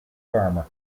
farmer